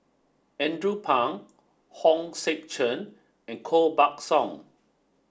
Andrew Phang Hong Sek Chern and Koh Buck Song